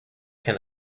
can